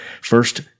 First